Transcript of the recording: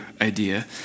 idea